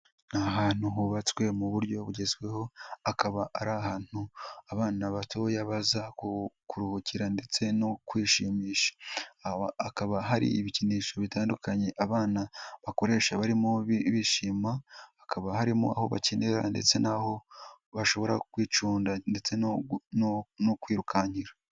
Ni ahantutu hubatswe mu buryo bugezweho, akaba ari ahantu abana batoya baza kuruhukira ndetse no kwishimisha. Aho hakaba hari ibikinisho bitandukanye abana bakoresha barimo bishima, hakaba harimo aho bakinira ndetse n'aho bashobora kwicunda ndetse no kwirukankira.